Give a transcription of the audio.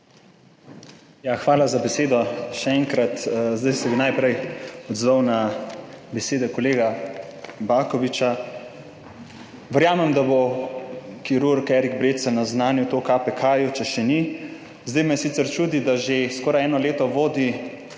hvala za besedo še enkrat. Zdaj se bi najprej odzval na besede kolega Baković. Verjamem, da bo kirurg Erik Brecelj naznanil to KPK, če še ni. Zdaj me sicer čudi, da že skoraj eno leto vodi